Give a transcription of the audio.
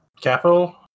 capital